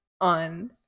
on